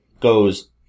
goes